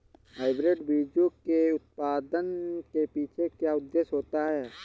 Hybrid बीजों के उत्पादन के पीछे क्या उद्देश्य होता है?